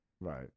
right